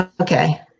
Okay